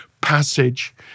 passage